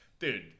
dude